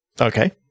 Okay